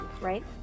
right